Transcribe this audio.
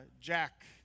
Jack